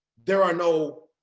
there are no